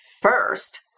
first